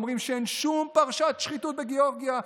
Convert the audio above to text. אומרים שאין שום פרשת שחיתות בגיאורגיה,